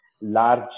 large